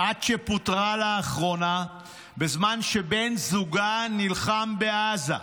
עד שפוטרה לאחרונה בזמן שבן זוגה נלחם בעזה.